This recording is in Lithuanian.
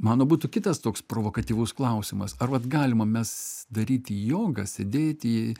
mano būtų kitas toks provokatyvus klausimas ar vat galima mes daryti jogą sėdėti